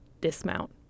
dismount